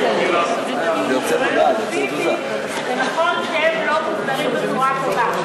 ולא פיזית, זה נכון שהם לא מוגדרים בצורה טובה.